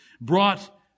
brought